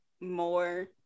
more